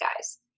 guys